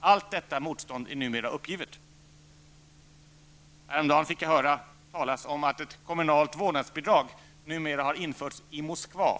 Allt detta motstånd är numera uppgivet. Häromdagen fick jag höra talas om att ett kommunalt vårdnadsbidrag numera har införts i Moskva.